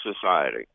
society